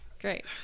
great